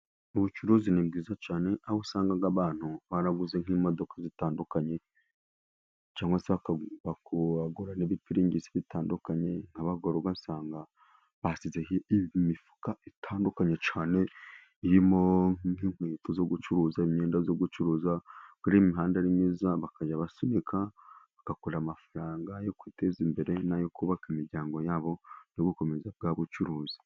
Ubucuruzi ni bwiza cyane, aho usanga abantu baraguze nk'imodoka zitandukanye, cyangwa bakagura n'ibipiringisi bitandukanye ,nk'abagore ugasanga bashyizeho imifuka itandukanye, cyane irimo nk'inkweto zo gucuruza, imyenda yo gucuruza. Buriya imihanda aba ari myiza bakajya basunika bagakorera amafaranga yo kwiteza imbere, n'ayo kubaka imiryango yabo no gukomeza bwa bucuruzi.